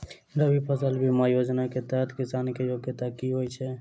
रबी फसल बीमा योजना केँ तहत किसान की योग्यता की होइ छै?